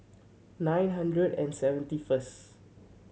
nine hundred and seventy first